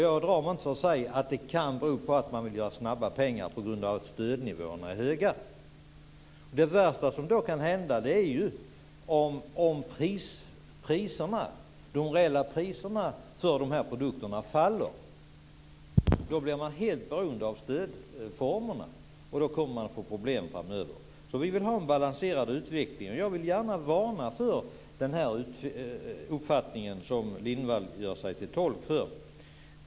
Jag drar mig inte för att säga att det kan bero på att man vill göra snabba pengar på grund av att stödnivåerna är höga. Det värsta som då kan hända är att de reella priserna för produkterna faller. Och då blir man helt beroende av stödformer och man kommer att få problem framöver, så vi vill ha en balanserad utveckling. Jag vill gärna varna för den uppfattning som Lindvall gör sig till tolk för.